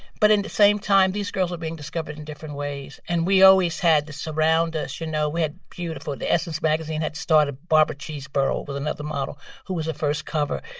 but in the same time these girls were being discovered in different ways and we always had this around us, you know, we had beautiful the essence magazine had started. barbara cheeseborough was another model who was the first cover.